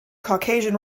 caucasian